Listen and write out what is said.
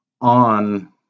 On